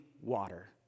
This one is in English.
water